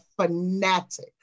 fanatic